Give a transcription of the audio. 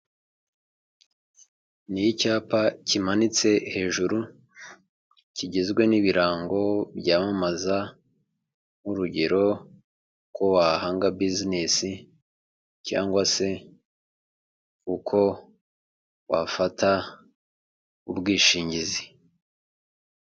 Ni icyapa kimanitse hejuru, kigizwe n'ibirango byamamaza. Nk'urugero: uko wahanga bizinesi cyangwa se uko wafata ubwishingizi.